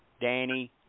Danny